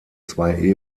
zwei